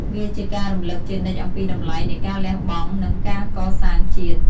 វាជាការរំលឹកជានិច្ចអំពីតម្លៃនៃការលះបង់ និងការកសាងជាតិ។